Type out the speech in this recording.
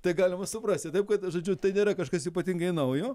tai galima suprasti taip kad žodžiu tai nėra kažkas ypatingai naujo